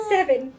Seven